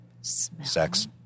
Sex